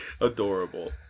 adorable